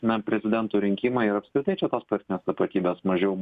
na prezidento rinkimai ir apskritai čia tos partinės tapatybės mažiau